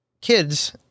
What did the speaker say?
kids